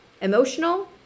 emotional